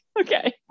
Okay